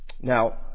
Now